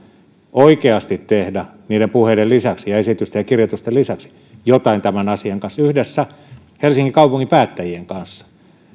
oikeasti tehdä niiden puheiden lisäksi ja esitysten ja kirjoitusten lisäksi jotain tälle asialle yhdessä helsingin kaupungin päättäjien kanssa